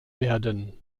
werden